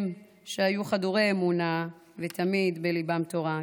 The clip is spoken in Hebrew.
הם, שהיו חדורי אמונה ותמיד בליבם תורה.